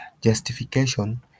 Justification